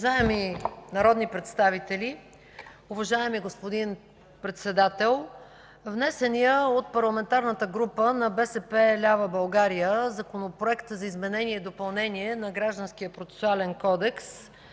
Уважаеми народни представители, уважаеми господин Председател! Внесеният от Парламентарната група на БСП лява България Законопроект за изменение и допълнение на Гражданския процесуален кодекс